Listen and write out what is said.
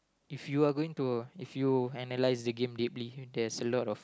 if you are going to if you analyse the game deeply there's a lot of